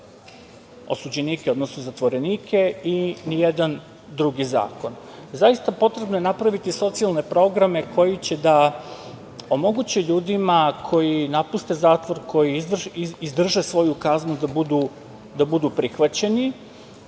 osuđenike, odnosno zatvorenike i nijedan drugi zakon. Zaista potrebno je napraviti socijalne programe koji će da omoguće ljudima da koji napuste zatvor, koji izdrže svoju kaznu da budu prihvaćeni.